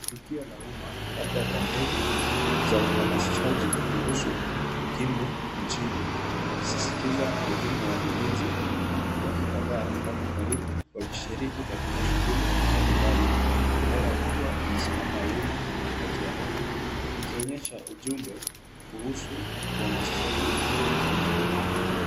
Tukio la umma, labda kampeni za uhamasishaji kuhusu ukimwi nchini, ikisisitiza umuhimu wa ulinzi. Watu kadha wako karibu wakishiriki katika shughuli mbalimbali. Bendera kubwa imesimama wima katikati ya hema, ikionyesha ujumbe kuhusu uhamasishaji wa ukimwi.